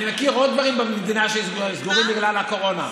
אני מכיר עוד דברים במדינה שסגורים בגלל הקורונה.